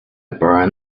burned